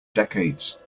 decades